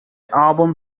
album